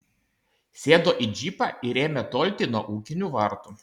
sėdo į džipą ir ėmė tolti nuo ūkinių vartų